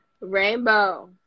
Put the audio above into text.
rainbow